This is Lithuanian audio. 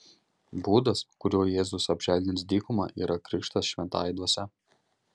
būdas kuriuo jėzus apželdins dykumą yra krikštas šventąja dvasia